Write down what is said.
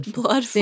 blood